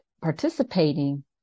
participating